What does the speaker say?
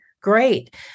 Great